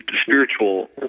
spiritual